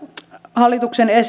hallituksen